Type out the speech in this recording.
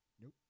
Nope